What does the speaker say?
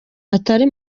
atari